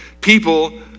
people